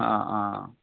অঁ অঁ